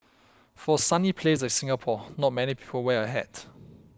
for a sunny place like Singapore not many people wear a hat